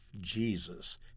Jesus